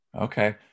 Okay